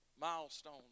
milestone